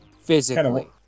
physically